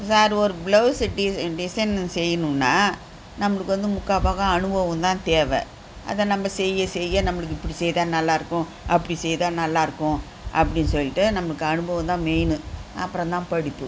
sir ஒரு blouse design டிசைன்னு செய்யணும்னா நம்மளுக்கு வந்து முக்கால் பாகம் அனுபவம் தான் தேவை அதை நம்ப செய்ய செய்ய நம்மளுக்கு இப்படி செய்தால் நல்லா இருக்கும் அப்படி செய்தால் நல்லா இருக்கும் அப்படி சொல்லிட்டு நமக்கு அனுபவம் தான் மெயின்னு அப்புறம் தான் படிப்பு